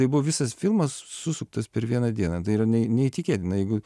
tai buvo visas filmas susuktas per vieną dieną tai yra neįtikėtina jeigu